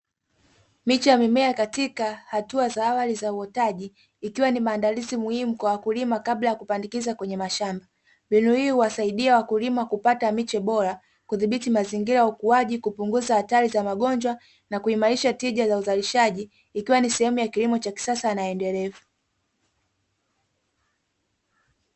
Miche ya mimea katika hatua za awali za uotaji ikiwa ni maandalizi muhimu kwa wakulima kabla ya kupandikiza kwenye mashamba, mbinu hii huwasaidia wakulima kupata miche bora kudhibiti mazingira ya ukuaji, kupunguza hatari za magonjwa na kuimarisha tija za uzalishaji ikiwa ni sehemu ya kilimo cha kisasa na endelevu.